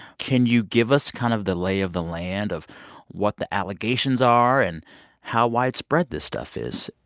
can you give us kind of the lay of the land of what the allegations are and how widespread this stuff is?